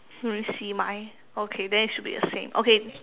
let me see mine okay then it should be the same okay